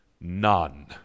none